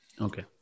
Okay